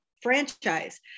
franchise